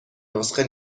نسخه